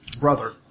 Brother